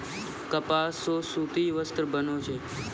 कपास सॅ सूती वस्त्र बनै छै